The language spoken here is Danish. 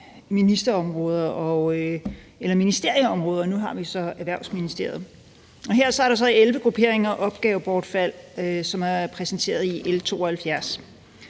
diverse ministerieområder, og nu er det så Erhvervsministeriet. Her er der 11 grupperinger og opgavebortfald, som er præsenteret i L 72.